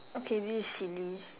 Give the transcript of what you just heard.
okay this is silly